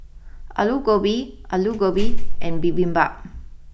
Alu Gobi Alu Gobi and Bibimbap